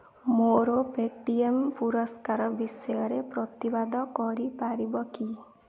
ମୋର Paytm ପୁରସ୍କାର ବିଷୟରେ ପ୍ରତିବାଦ କରିପାରିବି କି